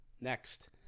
next